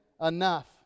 enough